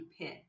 pit